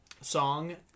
song